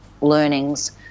learnings